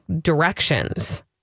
directions